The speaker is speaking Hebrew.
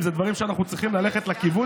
אנחנו יותר יקרים ב-80%